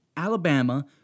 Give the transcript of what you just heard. Alabama